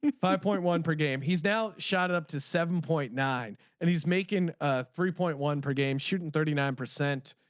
five point one per game. he's now shot up to seven point nine and he's making ah three point one per game shooting thirty nine percent.